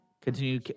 continue